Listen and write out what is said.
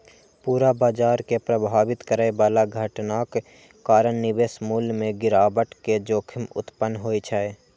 पूरा बाजार कें प्रभावित करै बला घटनाक कारण निवेश मूल्य मे गिरावट के जोखिम उत्पन्न होइ छै